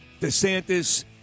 DeSantis